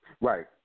right